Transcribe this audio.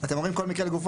אתם אומרים שכל מקרה לגופו,